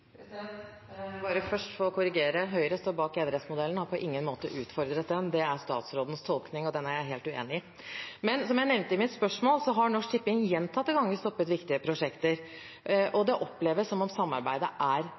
bare først få korrigere: Høyre står bak enerettsmodellen og har på ingen måte utfordret den. Det er statsrådens tolkning, og den er jeg helt uenig i. Men som jeg nevnte i mitt spørsmål, har Norsk Tipping gjentatte ganger stoppet viktige prosjekter, og det oppleves som om samarbeidet er